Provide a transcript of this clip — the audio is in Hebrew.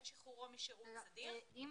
שחרורו משירות סדיר 5,300 שקלים חדשים.